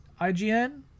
IGN